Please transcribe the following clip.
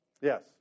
Yes